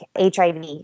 HIV